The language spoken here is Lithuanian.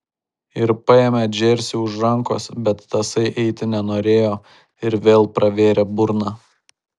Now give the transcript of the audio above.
ir paėmė džersį už rankos bet tasai eiti nenorėjo ir vėl pravėrė burną